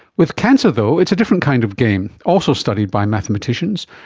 with cancer though it's a different kind of game, also studied by mathematicians,